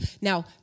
now